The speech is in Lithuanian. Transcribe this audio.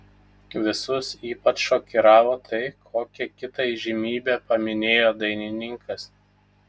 visus ypač šokiravo tai kokią kitą įžymybę paminėjo dainininkas